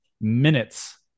minutes